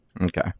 okay